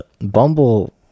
Bumble